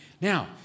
Now